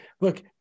Look